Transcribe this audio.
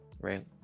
right